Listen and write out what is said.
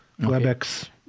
WebEx